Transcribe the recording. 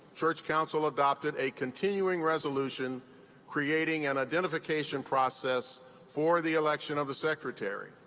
church council adopted a continuing resolution creating an identification process for the election of the secretary.